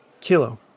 Kilo